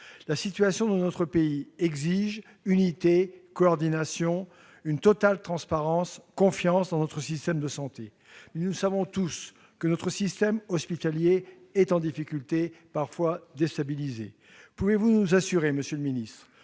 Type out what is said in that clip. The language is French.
La situation de notre pays exige unité, coordination, totale transparence et confiance dans notre système de santé. Toutefois, nous savons tous que notre système hospitalier est en difficulté, parfois déstabilisé. Pouvez-vous nous assurer, monsieur le ministre,